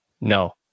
No